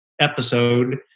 episode